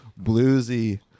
bluesy